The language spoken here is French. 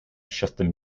chester